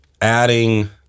adding